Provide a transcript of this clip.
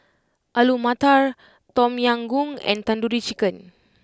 Alu Matar Tom Yam Goong and Tandoori Chicken